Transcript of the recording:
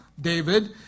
David